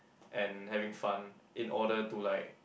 and having fun in order to like